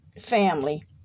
family